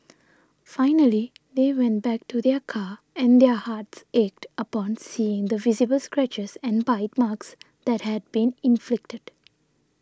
finally they went back to their car and their hearts ached upon seeing the visible scratches and bite marks that had been inflicted